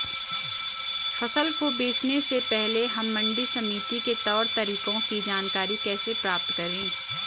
फसल को बेचने से पहले हम मंडी समिति के तौर तरीकों की जानकारी कैसे प्राप्त करें?